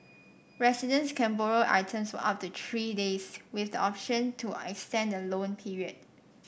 residents can borrow items for up to three days with the option to extend the loan period